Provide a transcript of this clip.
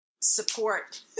support